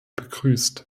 begrüßt